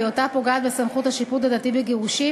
בהיותה פוגעת בסמכות השיפוט הדתי בגירושים,